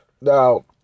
Now